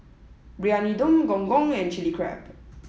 Briyani Dum Gong Gong and chilli Crab